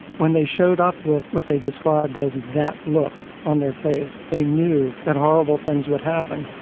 when they showed up with what they described as that look on their face, they knew that horrible things would happen.